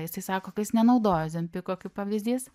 jisai sako kad jis nenaudoja ozempiko kaip pavyzdys